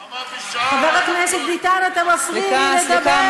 אמרתי, חבר הכנסת ביטן, אתה מפריע לי לדבר.